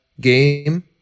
game